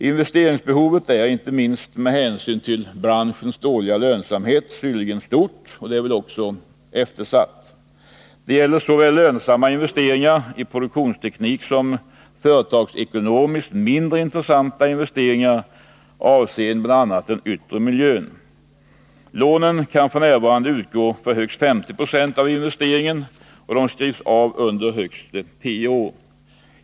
Investeringsbehovet är, inte minst med hänsyn till branschens dåliga lönsamhet, synnerligen stort, och det är också eftersatt. Det gäller såväl lönsamma investeringar i produktionsteknik som företagsekonomiskt mindre intressanta investeringar avseende bl.a. den yttre miljön. Lånen kan f. n. utgå för högst 50 70 av investeringen och skrivs av under högst tio år.